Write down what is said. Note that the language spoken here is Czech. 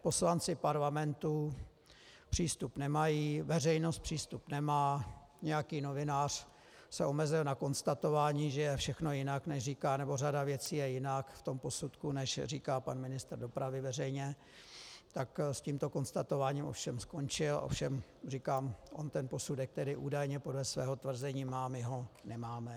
Poslanci Parlamentu přístup nemají, veřejnost přístup nemá, nějaký novinář se omezil na konstatování, že je všechno jinak, nebo řada věcí je jinak v posudku, než říká pan ministr dopravy veřejně, tak s tímto konstatováním ovšem skončil, ovšem říkám, ten posudek údajně podle svého tvrzení má, my ho nemáme.